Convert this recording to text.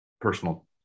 personal